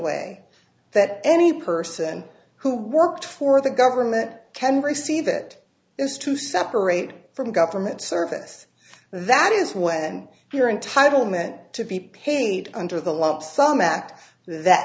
way that any person who worked for the government can receive it is to separate from government service that is when you're in title meant to be paid under the lump sum act that